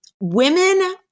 Women